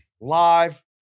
live